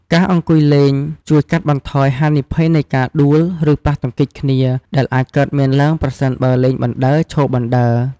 ការអង្គុយលេងជួយកាត់បន្ថយហានិភ័យនៃការដួល ឬប៉ះទង្គិចគ្នា ដែលអាចកើតមានឡើងប្រសិនបើលេងបណ្ដើរ ឈរបណ្តើរ។